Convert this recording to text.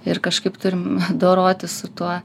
ir kažkaip turim dorotis su tuo